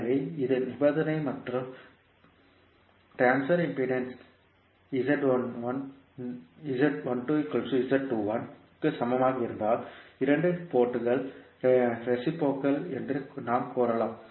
எனவே இது நிபந்தனை மற்றும் ட்ரான்ஸ்பர் இம்பிடேன்ஸ் க்கு சமமாக இருந்தால் இரண்டு போர்ட்கள் ரேசிப்ரோகல் என்று நாம் கூறலாம்